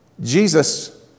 Jesus